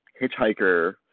Hitchhiker